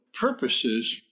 purposes